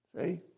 See